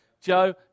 Joe